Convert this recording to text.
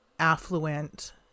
affluent